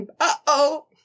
uh-oh